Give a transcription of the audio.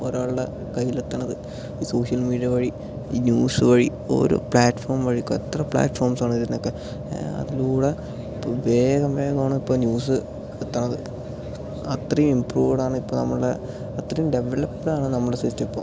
ഒരാളുടെ കൈയ്യിൽ എത്തണത് സോഷ്യൽ മീഡിയ വഴി ഈ ന്യൂസ് വഴി ഓരോ പ്ലാറ്റ്ഫോം വഴിക്കും എത്ര പ്ലാറ്റഫോംസ് ആണ് വരുന്നത് ഒക്കെ അതിലൂടെ ഇപ്പം വേഗം വേഗം ആണ് ഇപ്പം ന്യൂസ് എത്തണത് അത്രയും ഇംപ്രൂവ്ഡ് ആണ് ഇപ്പം നമ്മള അത്രയും ഡെവലപ്പ്ഡ് ആണ് നമ്മുടെ സിസ്റ്റം ഇപ്പം